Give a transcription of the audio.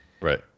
Right